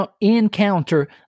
encounter